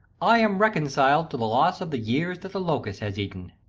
i am reconciled to the loss of the years that the locust has eaten,